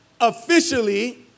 officially